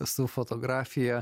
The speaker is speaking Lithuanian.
su fotografija